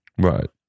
Right